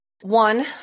one